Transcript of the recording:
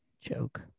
Joke